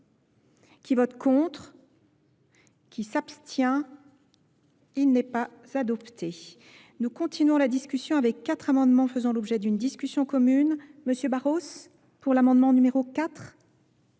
qui votent contre. qui s'abstient n'est pas adopté Continuons la discussion avec quatre amendements faisant l'objet d'une discussion commune, M.. Barros, pour l'amendement numéro